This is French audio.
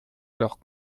leur